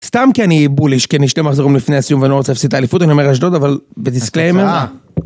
סתם כי אני בוליש, כי אני שתי מחזורים לפני הסיום, ואני לא רוצה להפסיד את האליפות, אני אומר אשדוד, אבל בדיסקליימר.